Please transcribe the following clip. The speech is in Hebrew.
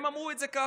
הם אמרו את זה ככה: